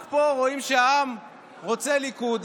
רק פה רואים שהעם רוצה ליכוד,